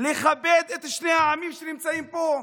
לכבד את שני העמים שנמצאים פה.